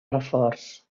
reforç